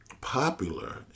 popular